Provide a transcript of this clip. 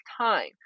time